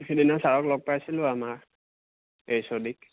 সিদিনা ছাৰক লগ পাইছিলোঁ আমাৰ এইছ অ' ডিক